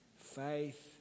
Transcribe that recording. Faith